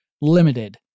limited